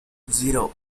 zero